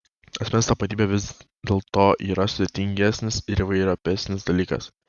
asmens tapatybė vis dėlto yra sudėtingesnis ir įvairiopesnis dalykas